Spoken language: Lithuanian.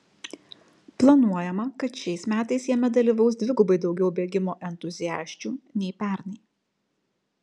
planuojama kad šiais metais jame dalyvaus dvigubai daugiau bėgimo entuziasčių nei pernai